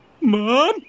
Mom